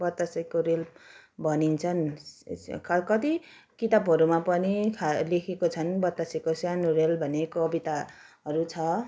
बतासेको रेल भनिन्छन् क कति किताबहरूमा पनि खा लेखेको छन् बतासेको सानो रेल भन्ने कविताहरू छ